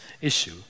issue